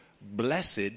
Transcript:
blessed